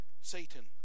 Satan